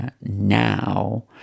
now